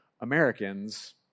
Americans